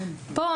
כאן,